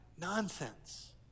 nonsense